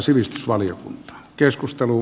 arvoisa puhemies